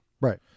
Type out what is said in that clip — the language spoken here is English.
Right